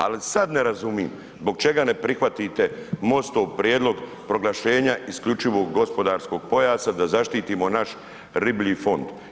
Ali sad ne razumijem zbog čega ne prihvatite MOST-ov prijedlog proglašenja isključivog gospodarskog pojasa da zaštitimo naš riblji fond.